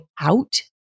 out